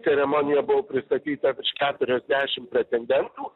ceremonija buvo prisakyta virš keturiasdešim pretendentų